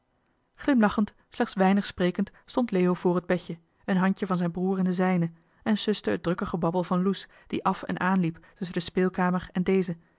in het deftige dorp vr het bedje een handje van zijn broer in de zijne en suste het drukke gebabbel van loes die af en aan liep tusschen de speelkamer en deze